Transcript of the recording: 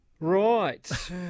Right